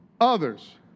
Others